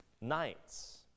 nights